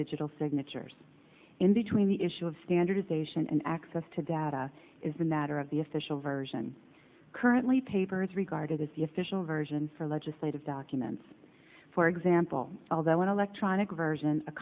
digital signatures in the tweeny is of standardization and access to data is a matter of the official version currently papers regarded as the official version for legislative documents for example although an electronic version